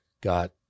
got